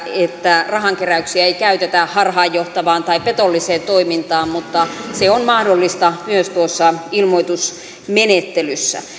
että rahankeräyksiä ei käytetä harhaanjohtavaan tai petolliseen toimintaan mutta se on mahdollista myös tuossa ilmoitusmenettelyssä